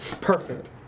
perfect